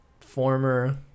former